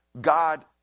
god